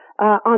on